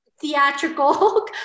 theatrical